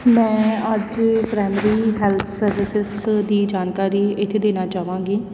ਮੈਂ ਅੱਜ primary health services ਦੀ ਜਾਣਕਾਰੀ ਇੱਥੇ ਦੇਣਾ ਚਾਹਵਾਂਗੀ